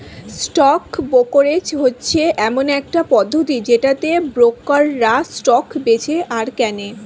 stock brokerage হচ্ছে এমন একটা পদ্ধতি যেটাতে ব্রোকাররা স্টক বেঁচে আর কেনে